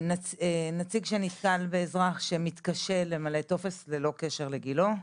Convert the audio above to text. נציג שנתקל באזרח שמתקשה למלא טופס ללא קשר לגילו,